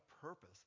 purpose